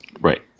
Right